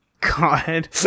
God